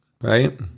Right